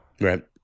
Right